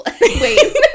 wait